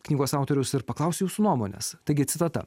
knygos autoriaus ir paklausiu jūsų nuomonės taigi citata